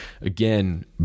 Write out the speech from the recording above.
Again